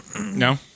No